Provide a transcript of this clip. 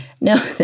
No